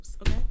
Okay